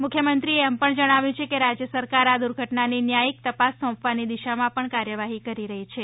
મુખ્યમંત્રીશ્રીએ એમ પણ જણાવ્યું છે કે રાજ્ય સરકાર આ દુર્ધટનાની ન્યાયિક તપાસ સોંપવાની દિશામાં પણ કાર્યવાહી કરી રહી છે